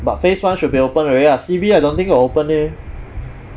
but phase one should be open already ah C_B I don't think got open eh